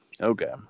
Okay